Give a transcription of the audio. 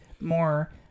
more